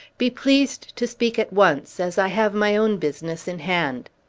be pleased to speak at once, as i have my own business in hand.